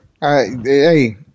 Hey